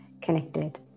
connected